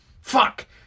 Fuck